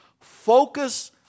focus